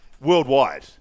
worldwide